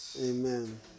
Amen